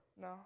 No